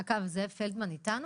האם זאב פלדמן איתנו?